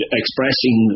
expressing